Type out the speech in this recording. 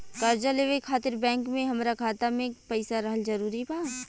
कर्जा लेवे खातिर बैंक मे हमरा खाता मे पईसा रहल जरूरी बा?